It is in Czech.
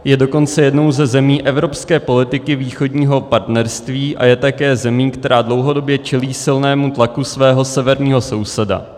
Je dokonce jednou ze zemí evropské politiky Východního partnerství a je také zemí, která dlouhodobě čelí silnému tlaku svého severního souseda.